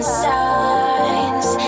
signs